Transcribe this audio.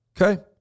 Okay